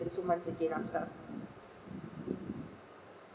the two months again after